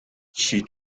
she